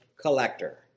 collector